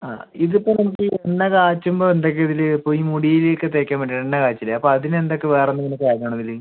ആ ഇത് ഇപ്പം നമുക്ക് ഈ എണ്ണ കാച്ചുമ്പം എന്തൊക്കെ ഇതില് ഇപ്പം ഈ മുടിയിലേക്ക് തേക്കാൻ വേണ്ടി എണ്ണ കാച്ചില്ലെ അപ്പം അതിന് എന്തൊക്ക വേറെ എന്തെങ്കിലും ചേർക്കണം അതില്